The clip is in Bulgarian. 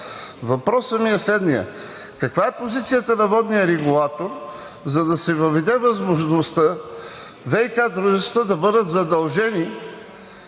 Въпросът ми е следният: каква е позицията на водния регулатор, за да се въведе възможността ВиК дружествата да бъдат задължени